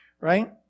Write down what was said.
right